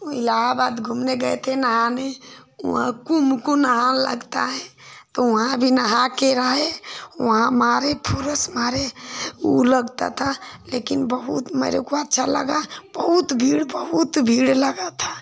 इलाहाबाद घूमने गए थे नहाने वहाँ कुम्भ को नहान लगता है तो वहाँ भी नहाकर आए वहाँ मारे फुरस मारे वह लगता था बहुत मेरे को अच्छा लगा बहुत भीड़ बहुत भीड़ लगी थी